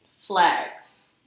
flags